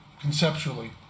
conceptually